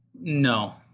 No